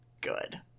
good